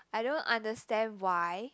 I don't understand why